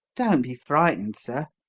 don't be frightened, sir,